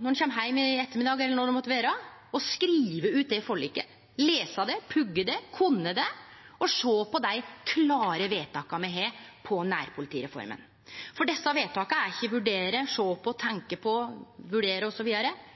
når han kjem heim i ettermiddag eller når det måtte vere, bør han skrive ut forliket, lese det, pugge det, kunne det og sjå på dei klare vedtaka me har som gjeld nærpolitireforma. For desse vedtaka er ikkje å vurdere, sjå på, tenkje på, osv., dei er krystallklare, og eg begynner å